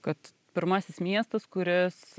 kad pirmasis miestas kuris